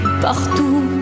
Partout